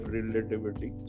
relativity